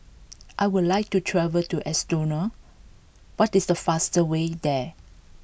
I would like to travel to Estonia what is the fastest way there